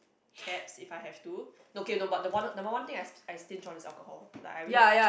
cabs if I have to no K no the one number one thing I I stinge on is alcohol like I really